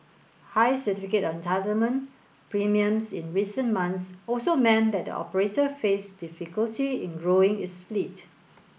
high Certificate of Entitlement premiums in recent months also meant that the operator faced difficulty in growing its fleet